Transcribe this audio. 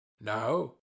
No